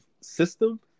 system